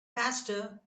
faster